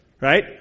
Right